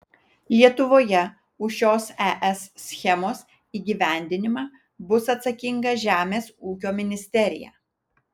lietuvoje už šios es schemos įgyvendinimą bus atsakinga žemės ūkio ministerija